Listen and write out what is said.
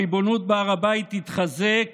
הריבונות בהר הבית תתחזק